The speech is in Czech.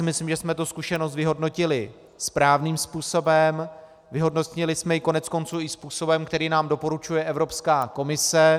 Myslím si, že jsme tu zkušenost vyhodnotili správným způsobem, vyhodnotili jsme ji koneckonců i způsobem, který nám doporučuje Evropská komise.